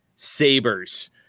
sabers